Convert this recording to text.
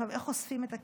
איך אוספים את הכסף?